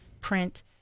print